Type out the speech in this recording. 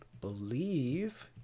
believe